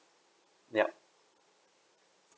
yup